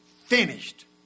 Finished